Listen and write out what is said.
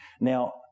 Now